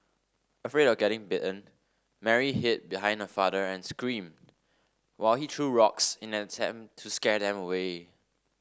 afraid of getting bitten Mary hid behind her father and screamed while he threw rocks in an attempt to scare them away